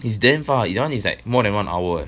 is damn far you know is like more than one hour eh